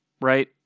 right